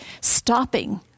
stopping